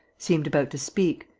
seemed about to speak,